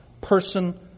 person